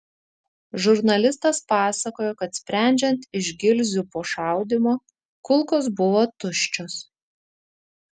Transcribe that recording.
žurnalistas pasakojo kad sprendžiant iš gilzių po šaudymo kulkos buvo tuščios